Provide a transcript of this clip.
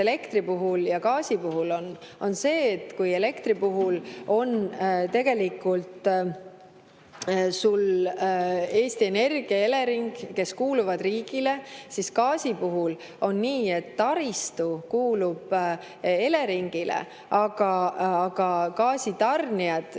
elektri ja gaasi puhul on. On see, et kui elektri puhul on tegelikult Eesti Energia, Elering, kes kuuluvad riigile, siis gaasi puhul on nii, et taristu kuulub Eleringile, aga gaasi tarnijad,